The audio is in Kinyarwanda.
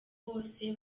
bose